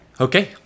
Okay